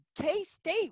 K-State